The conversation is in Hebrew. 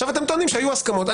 עכשיו אתם טוענים שהיו הסכמות.